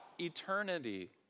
eternity